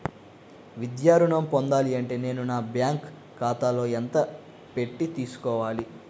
విద్యా ఋణం పొందాలి అంటే నేను బ్యాంకు ఖాతాలో ఎంత పెట్టి తీసుకోవాలి?